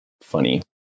funny